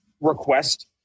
request